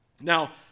Now